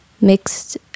mixed